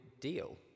deal